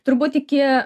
turbūt iki